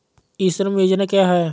ई श्रम योजना क्या है?